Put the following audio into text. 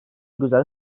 güzel